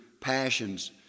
passions